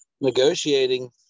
negotiating